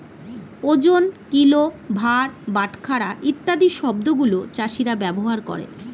ওজন, কিলো, ভার, বাটখারা ইত্যাদি শব্দ গুলো চাষীরা ব্যবহার করে